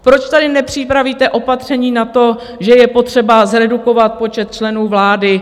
Proč tady nepřipravíte opatření na to, že je potřeba zredukovat počet členů vlády?